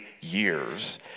years